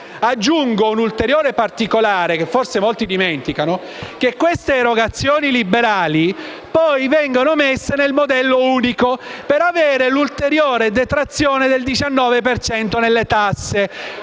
Aggiungo un ulteriore particolare, che forse molti dimenticano. Queste erogazioni liberali vengono poi inserite nel modello unico per avere l'ulteriore detrazione del 19 per cento